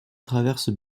traverse